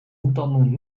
hoektanden